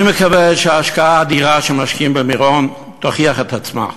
אני מקווה שההשקעה האדירה שמשקיעים במירון תוכיח את עצמה.